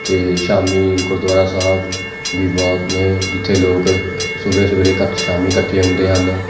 ਅਤੇ ਸ਼ਾਮੀ ਗੁਰਦੁਆਰਾ ਸਾਹਿਬ ਵੀ ਬਹੁਤ ਨੇ ਜਿੱਥੇ ਲੋਕ ਸੁਬਹ ਸਵੇਰੇ ਇਕੱਠ ਸ਼ਾਮੀ ਇਕੱਠੇ ਹੁੰਦੇ ਹਨ